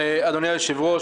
אדוני היושב-ראש,